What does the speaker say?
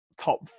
top